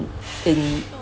in